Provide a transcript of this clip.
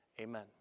amen